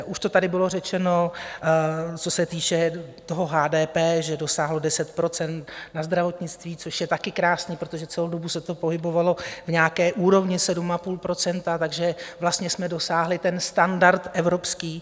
Už to tady bylo řečeno, co se týče toho HDP, že dosáhlo 10 % na zdravotnictví, což je také krásné, protože celou dobu se to pohybovalo v nějaké úrovni 7,5 %, takže vlastně jsme dosáhli ten standard evropský.